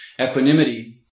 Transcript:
Equanimity